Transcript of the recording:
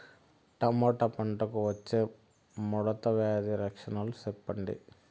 Tomato పంటకు వచ్చే ముడత వ్యాధి లక్షణాలు చెప్పండి?